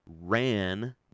ran